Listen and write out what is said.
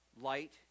Light